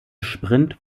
sprint